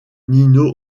nino